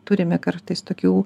turime kartais tokių